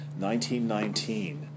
1919